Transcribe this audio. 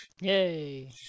Yay